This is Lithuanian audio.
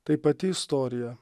tai pati istorija